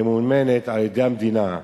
ממומנת על-ידי המדינה.